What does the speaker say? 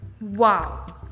Wow